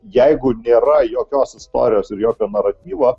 jeigu nėra jokios istorijos ir jokio naratyvo